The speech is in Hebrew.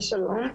שלום.